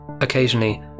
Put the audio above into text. Occasionally